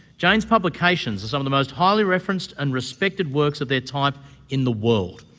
jane's publications are some of the most highly referenced and respected works of their type in the world.